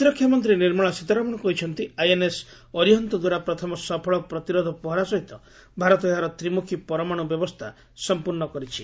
ପ୍ରତିରକ୍ଷା ମନ୍ତ୍ରୀ ନିର୍ମଳା ସୀତାରମଣ କହିଛନ୍ତି ଆଇଏନ୍ଏସ୍ ଅରିହନ୍ତଦ୍ୱାରା ପ୍ରଥମ ସଫଳ ପ୍ରତିରୋଧ ପହରା ସହିତ ଭାରତ ଏହାର ତ୍ରିମୁଖୀ ପରମାଣୁ ବ୍ୟବସ୍ଥା ସମ୍ପର୍ଷ କରିଛି